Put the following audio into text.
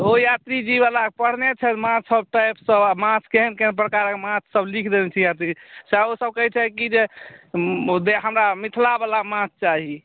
ओ यात्रीजीवला पढ़ने छथि माछ सभटा एतय माछ केहन केहन प्रकारक माछसभ लिखि देने छथि यात्रीजी सएह ओसब कहैत छथि कि जे जे हमरा मिथिलावला माछ चाही